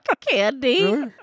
candy